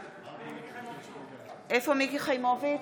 בעד מיקי חיימוביץ'